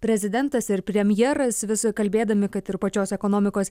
prezidentas ir premjeras vis kalbėdami kad ir pačios ekonomikos